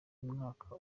umwaka